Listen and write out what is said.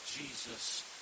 Jesus